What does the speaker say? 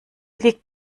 liegt